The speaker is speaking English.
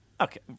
Okay